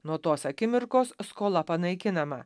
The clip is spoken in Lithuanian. nuo tos akimirkos skolą panaikinama